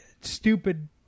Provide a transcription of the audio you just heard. stupid